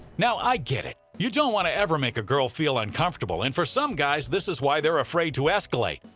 now i get it, you don't want to ever make girls feel uncomfortable, and for some guys this is why they're afraid to escalate.